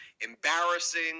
embarrassing